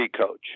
coach